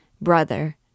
Brother